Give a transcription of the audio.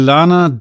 Lana